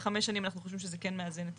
חמש שנים אנחנו חושבים שזה כן מאזן את